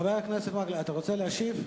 חבר הכנסת מקלב, אתה רוצה להשיב?